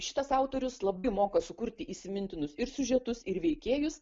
šitas autorius labai moka sukurti įsimintinus ir siužetus ir veikėjus